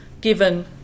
given